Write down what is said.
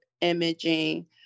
imaging